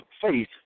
faith